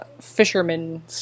fishermen